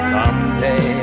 Someday